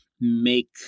make